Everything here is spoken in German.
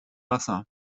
wasser